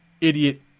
idiot